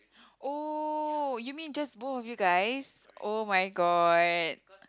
oh you mean just both of you guys oh-my-god